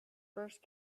first